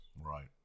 right